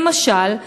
"למשל,